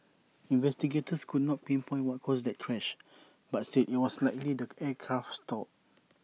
investigators could not pinpoint what caused that crash but said IT was likely the aircraft stalled